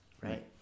right